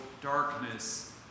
darkness